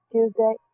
Tuesday